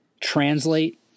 translate